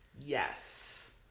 Yes